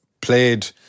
played